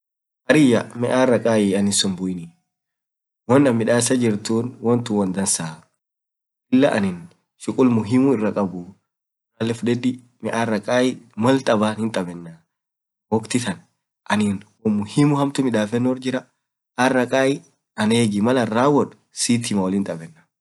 hariyya me arakaai ralee fudedii, woan anin midasar jirtuun woan dansaa lila anin shukul muhimuu iraa kabaa, ralee fudedii me arra kaai mal tabaa unum tabenaa, woaktii taan anin woan muhimuu hamtuu midafenoo fedaa, arra kai ann egii wollin tabenaa malaan rawoad siit himaa, woalin tabeena duub.